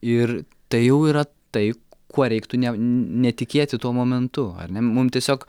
ir tai jau yra tai kuo reiktų ne netikėti tuo momentu ar ne mum tiesiog